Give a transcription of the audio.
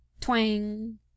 TWANG